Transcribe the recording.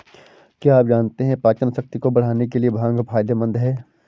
क्या आप जानते है पाचनशक्ति को बढ़ाने के लिए भांग फायदेमंद है?